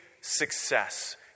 success